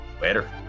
later